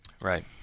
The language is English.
Right